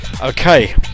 Okay